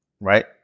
right